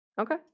Okay